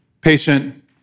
patient